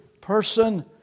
person